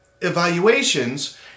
evaluations